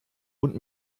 und